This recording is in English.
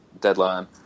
deadline